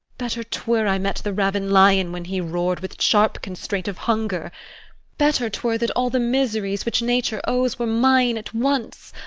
better twere i met the ravin lion when he roar'd with sharp constraint of hunger better twere that all the miseries which nature owes were mine at once.